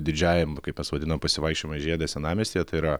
didžiajam kaip mes vadinam pasivaikščiojimai žiede senamiestyje tai yra